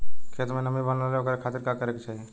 खेत में नमी बनल रहे ओकरे खाती का करे के चाही?